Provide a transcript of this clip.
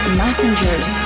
messengers